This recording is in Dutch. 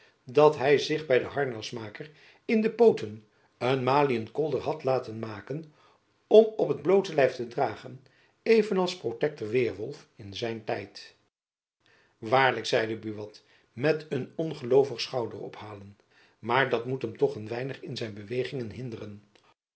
dat hy zich by den harnasmaker in de pooten een maliënkolder had laten maken om op het bloote lijf te dragen even als protektor weêrwolf in zijn tijd waarlijk zeide buat met een ongeloovig schouderophalen maar dat moet hem toch een weinig in zijn bewegingen hinderen